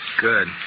Good